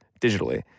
digitally